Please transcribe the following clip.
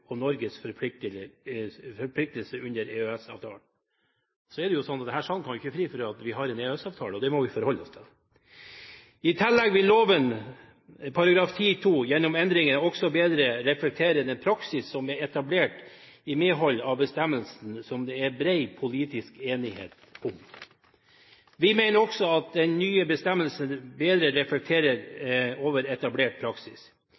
og Norges forpliktelser etter EØS-avtalen. Det er jo slik at vi har en EØS-avtale, og den må vi forholde oss til. I tillegg vil loven §10-2 gjennom endringen også bedre reflektere den praksis som er etablert i medhold av bestemmelsen som det er bred politisk enighet om. Vi mener også at den nye bestemmelsen bedre reflekterer etablert praksis.